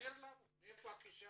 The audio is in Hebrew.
תסביר לנו איפה הכישלון?